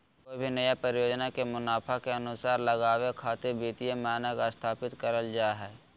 कोय भी नया परियोजना के मुनाफा के अनुमान लगावे खातिर वित्तीय मानक स्थापित करल जा हय